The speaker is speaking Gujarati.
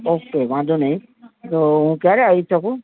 ઓકે વાંધો નહીં તો હું ક્યારે આવી શકું